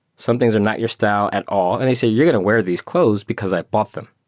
some things are not your style at all, and they say, you're going to wear these clothes, because i bought them.